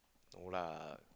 no lar